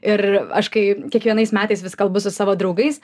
ir aš kai kiekvienais metais vis kalbu su savo draugais